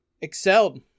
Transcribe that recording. excelled